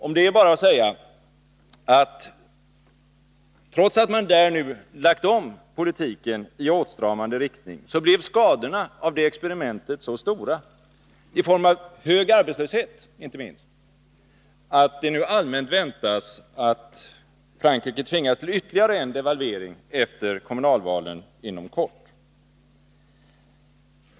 Om det är bara att säga att trots att man där nu lagt om politiken i åtstramande riktning, så blir skadorna av det experimentet så stora, inte minst i form av hög arbetslöshet, att det nu allmänt väntas att Frankrike tvingas till ytterligare en devalvering efter kommunalvalen inom kort.